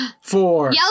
four